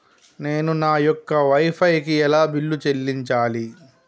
నేను నా యొక్క వై ఫై కి ఎలా బిల్లు చెల్లించాలి?